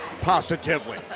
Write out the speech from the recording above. Positively